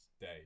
day